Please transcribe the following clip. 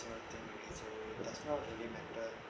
thing there's not really matter